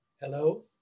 Hello